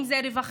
אם זה רווחה,